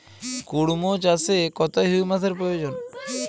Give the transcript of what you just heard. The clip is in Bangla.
কুড়মো চাষে কত হিউমাসের প্রয়োজন?